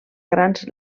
grans